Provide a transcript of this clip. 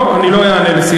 לא, אני לא אענה לסיעה.